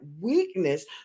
weakness